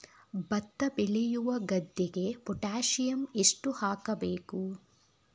ಭತ್ತ ಬೆಳೆಯುವ ಗದ್ದೆಗೆ ಪೊಟ್ಯಾಸಿಯಂ ಎಷ್ಟು ಹಾಕಬೇಕು?